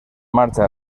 marcha